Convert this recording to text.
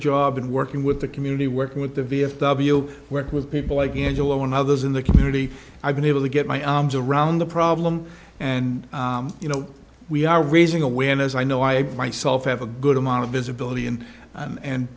job and working with the community working with the v f w work with people like angelo and others in the community i've been able to get my arms around the problem and you know we are raising awareness i know i myself have a good amount of visibility in and